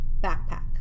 backpack